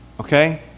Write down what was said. Okay